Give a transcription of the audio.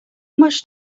much